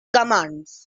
commands